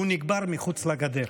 והוא נקבר מחוץ לגדר.